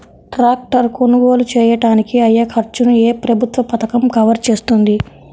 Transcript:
Tractor కొనుగోలు చేయడానికి అయ్యే ఖర్చును ఏ ప్రభుత్వ పథకం కవర్ చేస్తుంది?